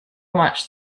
much